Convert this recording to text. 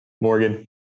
morgan